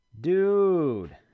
Dude